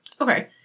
okay